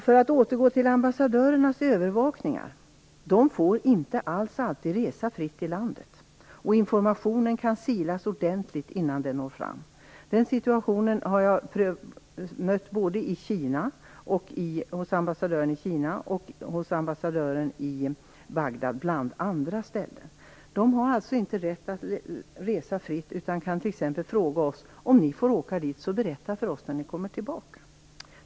För att återgå till ambassadörerenas övervakningar vill jag säga att de inte alls alltid får resa fritt i landet. Informationen kan silas ordentligt innan den når fram. Den situationen har jag mött både hos ambassadören i Kina och hos ambassadören i Bagdad, bl.a. De har inte rätt att resa fritt. De kan fråga oss om vi får åka fritt och be oss berätta när vi kommer tillbaka.